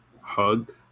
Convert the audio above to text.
hug